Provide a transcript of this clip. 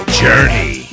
journey